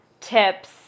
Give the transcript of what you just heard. tips